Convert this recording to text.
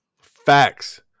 Facts